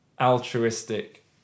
altruistic